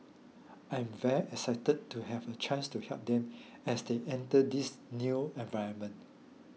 I'm very excited to have a chance to help them as they enter this new environment